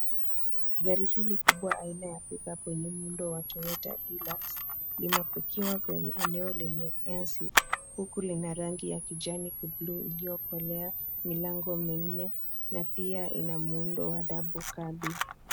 Gari hili kubwa aina ya pick-up yenye muundo wa Toyota hilux limepakiwa kwenye eneo lenye nyasi huku ina rangi ya kijani kibluu iliyokolea, milango minne na pia ina muundo wa double cabin .